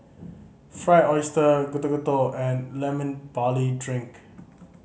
Fried Oyster Getuk Getuk and Lemon Barley Drink